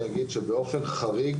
אני אגיד שברוב המקרים,